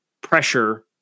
pressure